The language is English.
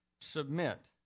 submit